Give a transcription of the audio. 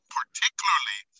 particularly